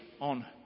on